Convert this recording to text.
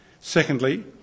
Secondly